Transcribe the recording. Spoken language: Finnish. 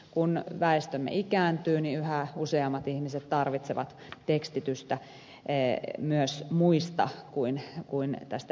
kun väestömme ikääntyy niin yhä useammat ihmiset tarvitsevat tekstitystä myös muista kuin tästä erityisryhmänäkökulmasta lähtien